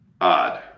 odd